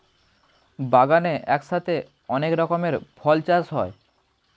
বাগানে একসাথে অনেক রকমের ফল চাষ হয়